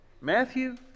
Matthew